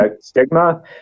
stigma